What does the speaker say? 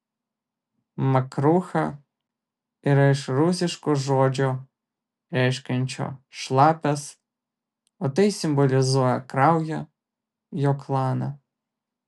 makrucha yra iš rusiško žodžio reiškiančio šlapias o tai simbolizuoja kraują jo klaną